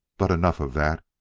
but, enough of that.